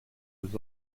was